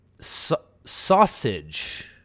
Sausage